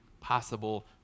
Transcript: possible